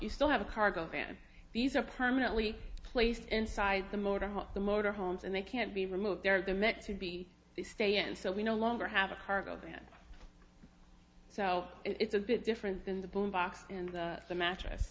you still have a cargo van and these are permanently placed inside the motor home the motor homes and they can't be removed they're they're meant to be stay and so we no longer have a cargo van so it's a bit different than the boom box and the mattress